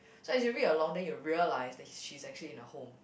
so as you read along then you will realise that she's actually in a home